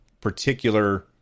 particular